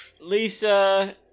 Lisa